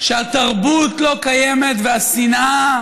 שהתרבות לא קיימת והשנאה